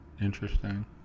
interesting